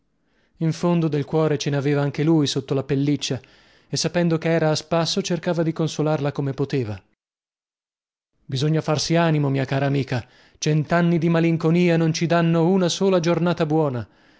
in fondo del cuore ce ne aveva anche lui sotto la pelliccia e sapendo che era a spasso cercava di consolarla come poteva bisogna farsi animo mia cara amica centanni di malinconia non ci procurerebbero una sola giornata buona